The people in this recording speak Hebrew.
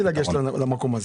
אני לא רציתי לגשת למקום הזה,